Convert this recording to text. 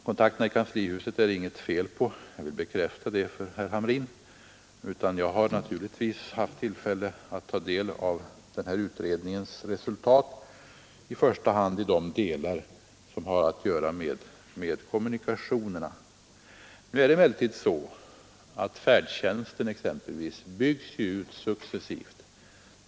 Kontakterna i kanslihuset är det inget fel på — jag vill bekräfta det för herr Hamrin — utan jag har naturligtvis haft tillfälle att ta del av den här utredningens resultat, i första hand i de delar som har att göra med kommunikationerna. Nu är det emellertid så att färdtjänsten byggs ut successivt.